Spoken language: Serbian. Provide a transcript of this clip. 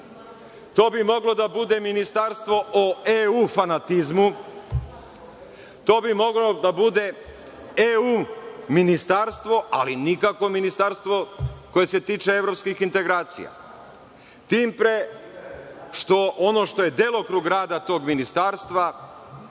to bi moglo da bude ministarstvo o EU fanatizmu, to bi moglo da bude EU ministarstvo, ali nikako ministarstvo koje se tiče evropskih integracija, tim pre što ono što je delokrug rada tog ministarstva